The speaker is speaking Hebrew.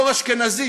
יושב-ראש אשכנזי,